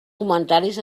comentaris